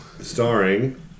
starring